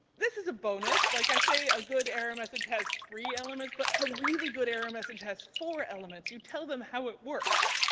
this is a bonus. like i say a good error message has three elements, but a really good error message has four elements. you tell them how it worked.